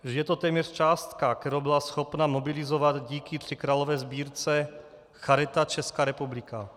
Je to téměř částka, kterou byla schopna mobilizovat díky tříkrálové sbírce Charita Česká republika.